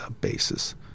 basis